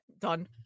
done